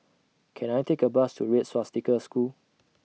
Can I Take A Bus to Red Swastika School